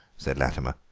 said latimer.